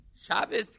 Shabbos